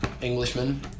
Englishman